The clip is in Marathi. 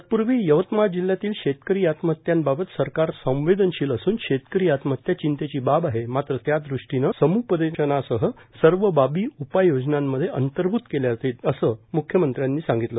तत्पूर्वी यवतमाळ जिल्ह्यातील शेतकरी आत्महत्यांबाबत सरकार संवेदनशील असून शेतकरी आत्महत्या चिंतेची बाब आहे मात्र त्यादृष्टीने सम्पदेशनासह सर्व बाबी उपाययोजनांमध्ये अंतर्भूत केल्या जातील असे म्ख्यमंत्र्यांनी सांगितले